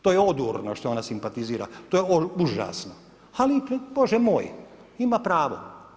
To je odurno što ona simpatizira, to je užasno, ali Bože moj, ima pravo.